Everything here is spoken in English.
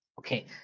Okay